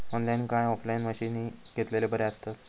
Online काय offline मशीनी घेतलेले बरे आसतात?